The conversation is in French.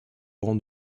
rang